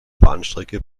bahnstrecke